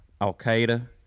Al-Qaeda